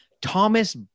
Thomas